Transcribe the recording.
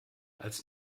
als